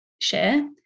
share